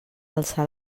alçar